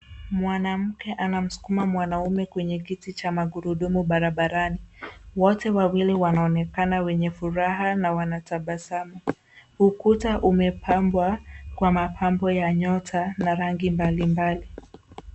Mwanamke anamskuma mwanaume kwenye kiti cha magurudumu barabarani. Wote wawili wanaonekana wenye furaha na wanatabasamu. Ukuta umepambwa kwa mapambo ya nyota na rangi mbali mbali.